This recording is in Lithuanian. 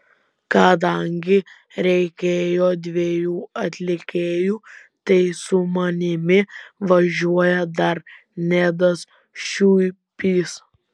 kadangi reikėjo dviejų atlikėjų tai su manimi važiuoja dar nedas šiuipys